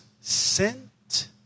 sent